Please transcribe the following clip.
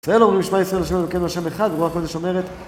אצלנו אומרים שמע ישראל השם אלוקינו השם אחד, הרואה הכל ושומר את...